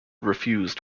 refused